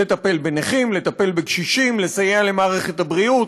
לטפל בנכים, לטפל בקשישים, לסייע למערכת הבריאות,